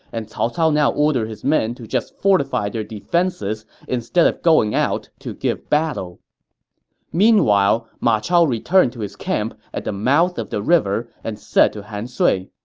and cao cao now ordered his men to just fortify their defenses instead of going out to give battle meanwhile, ma chao returned to his camp at the mouth of the river and said to han sui,